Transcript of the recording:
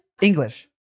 English